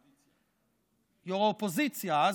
הקואליציה.